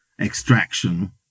extraction